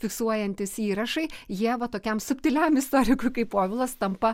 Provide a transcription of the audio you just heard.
fiksuojantys įrašai jie va tokiam subtiliam istorikui kaip povilas tampa